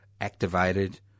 activated